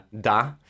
Da